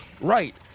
Right